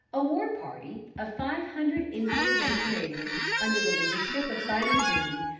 a war party of five hundred indians and canadians, under the leadership of simon gerty,